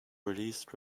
released